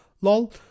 lol